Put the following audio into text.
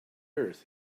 earth